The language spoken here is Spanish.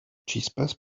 chispas